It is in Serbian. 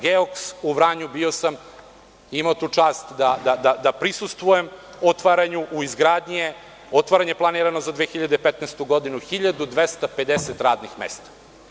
Geoks“ u Vranju, bio sam i imao tu čast da prisustvujem otvaranju, u izgradnji je, otvaranje je planirano za 2015. godinu, 1.250 radnih mesta.